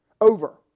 over